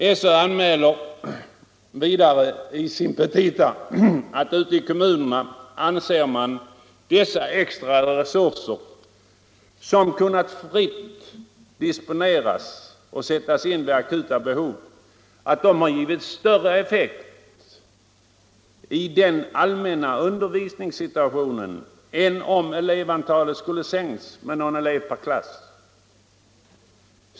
SÖ anmäler vidare i sin petita att man ute i kommunerna anser att dessa extra resurser, som kunnat fritt disponeras och sättas in vid akuta behov, har givit större effekt i den allmänna un dervisningssituationen än om elevantalet skulle sänkts med någon elev per klass.